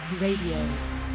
Radio